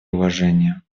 уважение